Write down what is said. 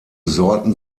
sorten